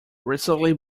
recently